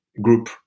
group